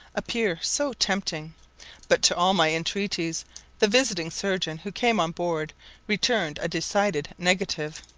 appear so tempting but to all my entreaties the visiting surgeon who came on board returned a decided negative.